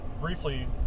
briefly